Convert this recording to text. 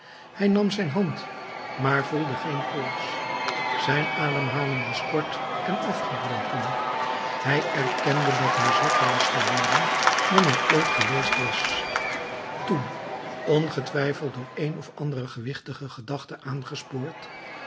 hij nam zijn hand maar voelde geen pols zijn ademhaling was kort en afgebroken hij erkende dat hij zwakker was geworden dan hij ooit geweest was toen ongetwijfeld door een of andere gewichtige gedachte aangespoord